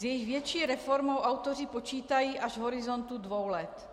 S její větší reformou autoři počítají až v horizontu dvou let.